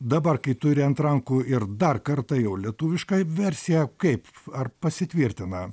dabar kai turi ant rankų ir dar kartą jau lietuvišką versiją kaip ar pasitvirtina